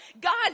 God